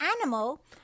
animal